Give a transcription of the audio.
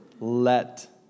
let